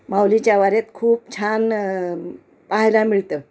माऊलीच्या वारीत खूप छान पहायला मिळतं